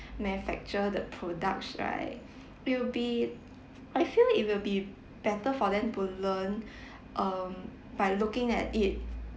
manufacture the products right will be I feel it will be better for them to learn um by looking at it